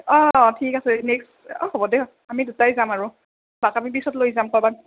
অ' ঠিক আছে নেক্সট অ' হ'ব দে আমি দুটাই যাম আৰু বাক আমি পিছত লৈ যাম ক'ৰবাত